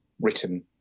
written